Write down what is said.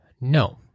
No